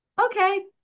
okay